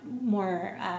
more